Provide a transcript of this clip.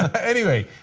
anyway,